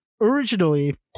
Originally